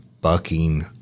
bucking